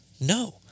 No